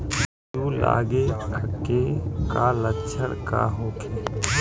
जूं लगे के का लक्षण का होखे?